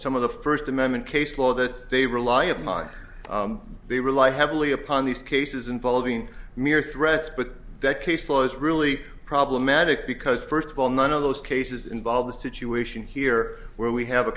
some of the first amendment case law that they rely upon they rely heavily upon these cases involving mere threats but that case law is really problematic because first of all none of those cases involve the situation here where we have a